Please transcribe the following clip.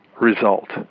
result